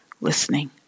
listening